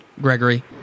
Gregory